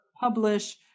publish